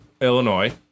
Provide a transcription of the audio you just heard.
Illinois